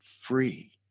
free